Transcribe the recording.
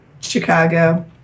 Chicago